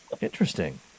interesting